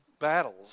battles